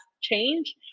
change